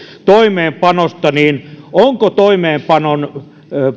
toimeenpanosta onko toimeenpanon